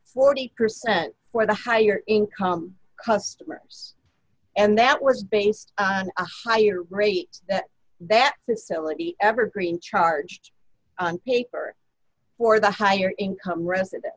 forty percent for the higher income customers and that was based on a higher rate that the syllabi evergreen charged paper for the higher income resident